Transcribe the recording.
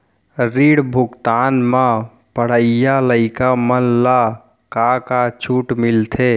ऋण भुगतान म पढ़इया लइका मन ला का का छूट मिलथे?